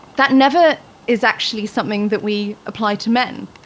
that never is actually something that we apply to men.